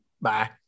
Bye